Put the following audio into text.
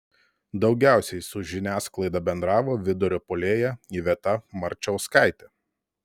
daugiausiai su žiniasklaida bendravo vidurio puolėja iveta marčauskaitė